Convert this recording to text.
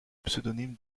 pseudonyme